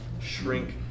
shrink